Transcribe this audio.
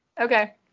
Okay